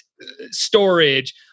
storage